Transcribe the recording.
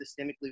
systemically